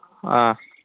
ꯑꯥ